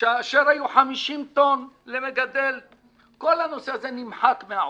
כאשר היו 50 טון למגדל כל הנושא הזה נמחק מהעולם.